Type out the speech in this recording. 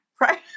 right